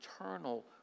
eternal